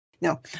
no